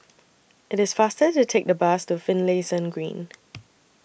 IT IS faster to Take The Bus to Finlayson Green